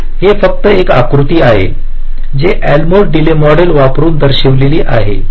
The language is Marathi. तर हे फक्त एक आकृती आहे जे एल्मोर डिले मॉडेल वापरुन दर्शविलेले आहे